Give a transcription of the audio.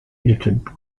edited